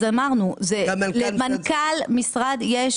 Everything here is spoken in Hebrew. אז אמרנו שלמנכ"ל משרד יש